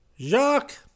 Jacques